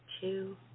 two